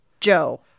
Joe